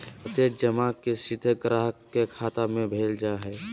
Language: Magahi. प्रत्यक्ष जमा के सीधे ग्राहक के खाता में भेजल जा हइ